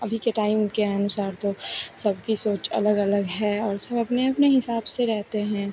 अभी के टाइम के अनुसार तो सबकी सोच अलग अलग है और सब अपने अपने हिसाब से रहते हैं